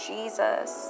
Jesus